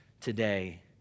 today